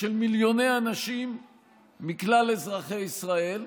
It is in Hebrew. של מיליוני אנשים מכלל אזרחי ישראל,